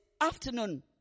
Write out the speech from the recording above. afternoon